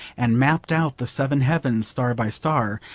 and mapped out the seven heavens star by star,